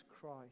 Christ